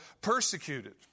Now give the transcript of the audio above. persecuted